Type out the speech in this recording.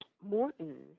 Morton